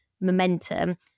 momentum